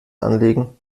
anlegen